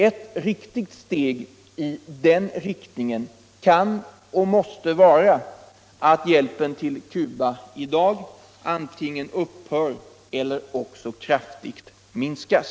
Ett riktigt steg i den riktningen kan och måste vara att vi i dag beslutar att hjälpen till Cuba antingen upphör eller också kraftigt minskas.